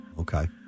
Okay